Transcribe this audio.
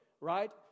Right